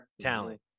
talent